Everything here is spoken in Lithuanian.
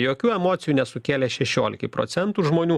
jokių emocijų nesukėlė šešiolikai procentų žmonių